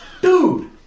Dude